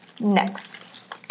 Next